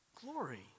glory